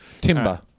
Timber